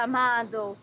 Amado